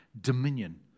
dominion